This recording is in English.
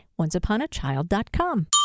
onceuponachild.com